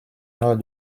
nord